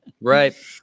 right